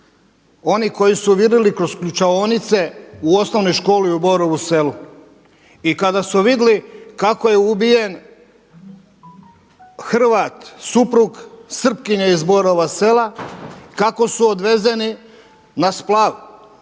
Oni koji su vidjeli kroz ključanice u osnovnoj školi u Borovu Selu i kada su vidjeli kako je ubijen Hrvat, suprug Srpkinje iz Borova Sela kako su odvezeni na splav